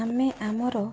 ଆମେ ଆମର